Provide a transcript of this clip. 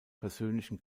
persönlichen